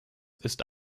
ist